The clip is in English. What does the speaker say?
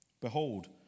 Behold